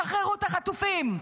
שחררו את החטופים.